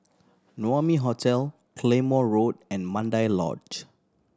Naumi Hotel Claymore Road and Mandai Lodge